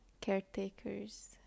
caretakers